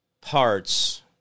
parts